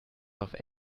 auf